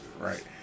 right